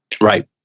Right